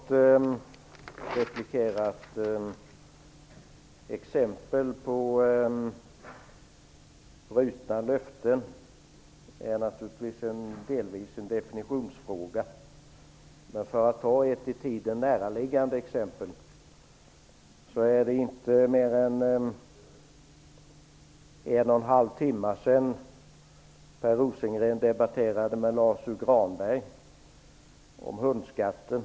Herr talman! Jag vill kort replikera med att lämna ett exempel på brutna löften. Det är naturligtvis delvis en definitionsfråga, men jag tar ett i tiden näraliggande exempel. Det är inte mer än en och en halv timma sedan Per Rosengren debatterade med Lars U Granberg om hundskatten.